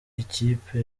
ikipe